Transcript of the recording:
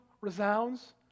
resounds